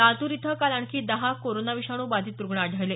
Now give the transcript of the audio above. लातूर इथं काल आणखी दहा कोरोना विषाणू बाधित रुग्ण आढळले